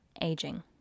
aging